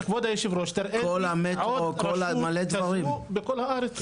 כבוד היו"ר, תראה לי עוד רשות כזו בכל הארץ.